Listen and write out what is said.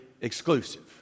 exclusive